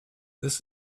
this